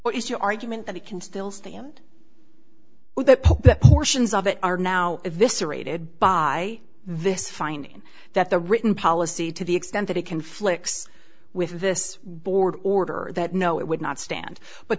what is your argument that it can still stand with the shins of it are now this aerated by this finding that the written policy to the extent that it conflicts with this board order or that no it would not stand but